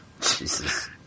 Jesus